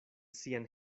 sian